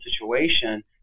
situation